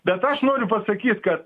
bet aš noriu pasakyt kad